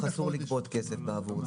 מהלקוח אסור לגבות כסף בעבור זה.